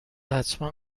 حتما